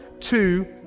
Two